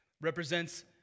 represents